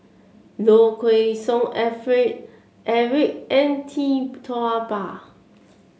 Low Kway Song Alfred Eric and Tee Tua Ba